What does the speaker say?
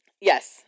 Yes